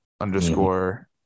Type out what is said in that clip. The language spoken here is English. underscore